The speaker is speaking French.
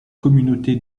communauté